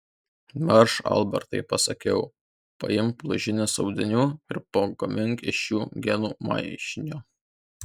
marš albertai pasakiau paimk blužnies audinių ir pagamink iš jų genų mišinio